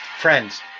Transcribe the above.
Friends